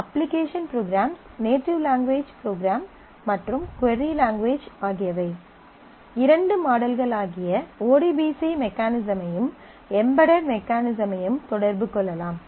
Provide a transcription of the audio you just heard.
application programs native language program மற்றும் query language ஆகியவை இரண்டு மாடல்களாகிய ODBC மெக்கானிசமையும் எம்பேடெட் மெக்கானிசமையும் தொடர்பு கொள்ளலாம்